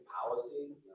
Policy